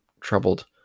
troubled